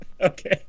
okay